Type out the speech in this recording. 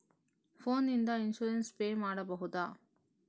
Phone ನಿಂದ insurance pay ಮಾಡಬಹುದ?